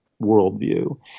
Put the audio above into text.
worldview